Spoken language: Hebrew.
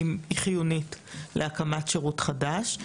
היא חיונית להקמת שירות חדש.